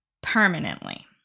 permanently